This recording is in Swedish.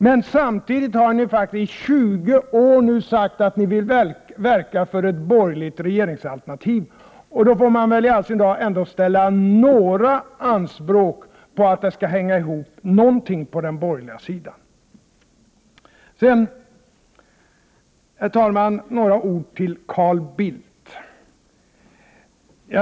Men samtidigt har ni faktiskt i 20 år sagt att ni vill verka för ett borgerligt regeringsalternativ. Då får man i all sin dar ändå ställa några anspråk på att det skall hänga ihop någonting på den borgerliga sidan. Sedan, herr talman, några ord till Carl Bildt.